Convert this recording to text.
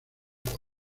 cola